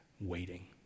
waiting